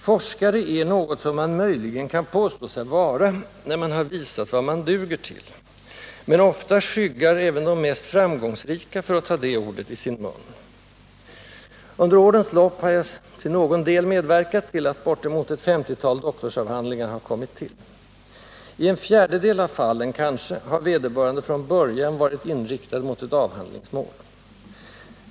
Forskare är något som man möjligen kan påstå sig vara när man har visat vad man duger till, men ofta skyggar även de mest framgångsrika för att ta det ordet i sin mun. Under årens lopp har jag till någon del medverkat till att bortemot ett femtiotal doktorsavhandlingar kommit till. I en fjärdedel av fallen, kanske, har vederbörande från början varit inriktad mot ett avhandlingsmål.